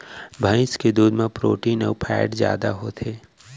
भईंस के दूद म प्रोटीन अउ फैट जादा होथे